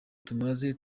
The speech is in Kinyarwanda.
tumaze